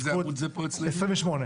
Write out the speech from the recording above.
עמוד 28